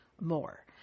more